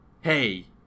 hey